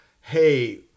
hey